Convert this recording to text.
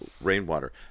rainwater